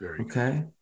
Okay